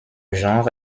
genre